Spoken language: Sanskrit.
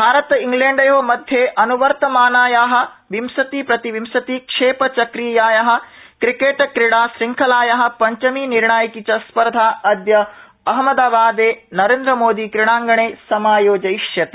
भारत इंग्लैण्डयोः मध्ये अन्वर्तमानायाः विंश्ति प्रतिविंशति क्षेप चक्रीयायाः क्रिकेट क्रीडा श्रंखलाया पञ्चमी निर्णायिकी च स्पर्धा अद्य अहमदाबादे नरेन्द्रमोदि क्रीडांगणे समायोजयिष्यते